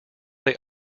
they